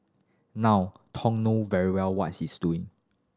now Thong know very well what he is doing